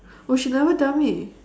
oh she never tell me